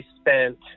spent